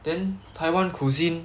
then taiwan cuisine